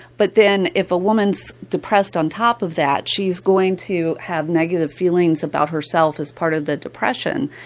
but then if a woman's depressed on top of that, she's going to have negative feelings about herself as part of the depression.